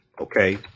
okay